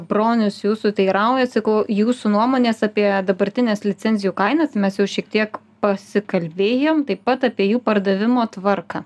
bronius jūsų teiraujasi ko jūsų nuomonės apie dabartines licencijų kainas mes jau šiek tiek pasikalbėjom taip pat apie jų pardavimo tvarką